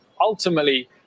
ultimately